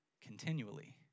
continually